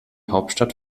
hauptstadt